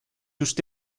just